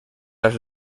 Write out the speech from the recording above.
las